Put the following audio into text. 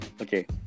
Okay